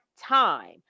time